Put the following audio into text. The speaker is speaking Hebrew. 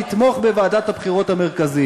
לתמוך בוועדת הבחירות המרכזית.